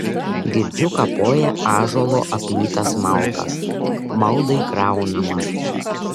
girdžiu kapoja ąžuolo aplytas malkas maldai kraunamas